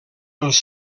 els